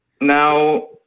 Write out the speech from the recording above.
Now